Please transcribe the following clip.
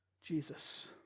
jesus